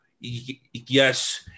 yes